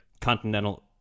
Continental